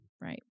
Right